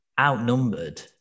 outnumbered